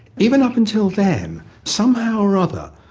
even up until then, somehow or other,